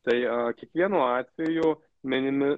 tai kiekvienu atveju minimi